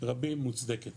רבים מוצדקת